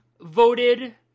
voted